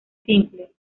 simple